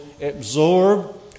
absorb